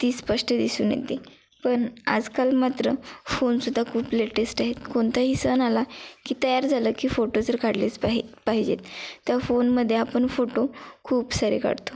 ती स्पष्ट दिसून येते पण आजकाल मात्र फोन सुद्धा खूप लेटेस्ट आहेत कोणताही सण आला की तयार झालं की फोटो जर काढलेच पाहि पाहिजेत त्या फोनमध्ये आपण फोटो खूप सारे काढतो